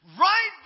Right